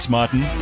Martin